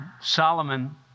Solomon